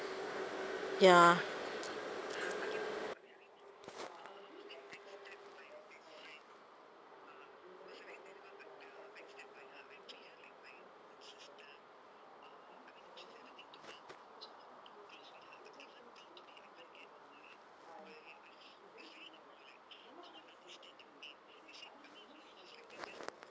ya